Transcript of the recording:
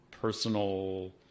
personal